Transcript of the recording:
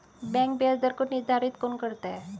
Bank ब्याज दर को निर्धारित कौन करता है?